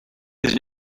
his